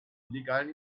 illegalen